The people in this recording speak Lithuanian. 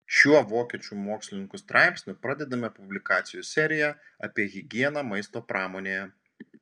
šiuo vokiečių mokslininkų straipsniu pradedame publikacijų seriją apie higieną maisto pramonėje